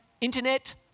internet